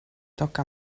tocca